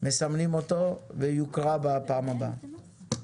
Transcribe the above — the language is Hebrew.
מסמנים אותו ויוקרא בפעם הבאה.